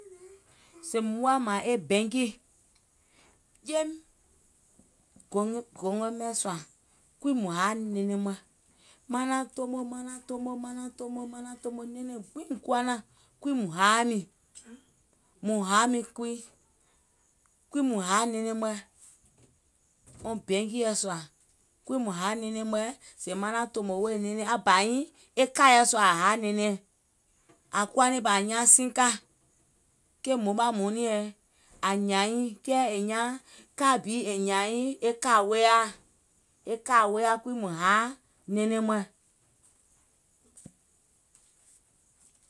Sèè mùŋ woà mààŋ e bɛŋkì, jeim e gòngo mɛ̀ sùà, kuŋ mùŋ haà nɛɛnɛŋ mɔ̀ɛ̀. Maŋ naàŋ tomo, maŋ naàŋ tomo, maŋ naàŋ tomo, maŋ naàŋ tomo nɛɛnɛɛ̀ŋ gbiŋ mùŋ kuwa lɛ̀ kuŋ mùŋ haà nìŋ. Mùŋ haà nìŋ kui, kui mùŋ haà nɛɛnɛŋ mɔ̀ɛ̀, wɔŋ bɛnkìɔ sùà, kuŋ mùŋ haà nɛɛnɛŋ mɔ̀ɛ̀ sèè maŋ naàŋ tòmò wèè nɛɛnɛŋ, aŋ bà nyiŋ, e kàìɛ sùà àŋ haà nɛɛnɛɛ̀ŋ. Àŋ kuwa nɛ̀ŋ bà àŋ nyaaŋ siŋ kaà, ki moɓaà mɔnìɛŋ, è nyààŋ nyiìŋ, kàì bi è nyààŋ nyiìŋ e kàì woyaà, e kàì woyaà kui kuŋ mùŋ haà nɛɛnɛŋ mɔ̀ɛ̀,